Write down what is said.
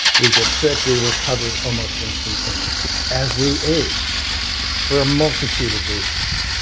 we get sick, we recover almost instantaneously. as we age for a multitude of reasons,